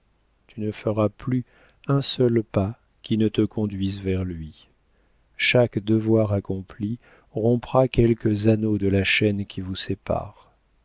tu ne feras plus un seul pas qui ne te conduise vers lui chaque devoir accompli rompra quelque anneau de la chaîne qui vous sépare